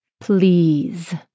Please